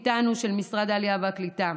תוכנית "איתנו" של משרד העלייה והקליטה.